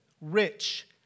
rich